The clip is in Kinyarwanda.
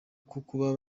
kubona